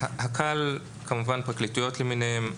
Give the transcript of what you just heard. פרקליטויות למיניהן,